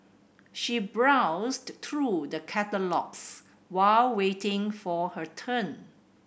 she browsed through the catalogues while waiting for her turn